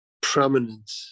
prominent